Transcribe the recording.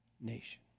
nation